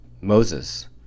Moses